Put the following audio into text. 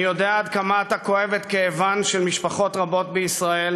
אני יודע עד כמה אתה כואב את כאבן של משפחות רבות בישראל,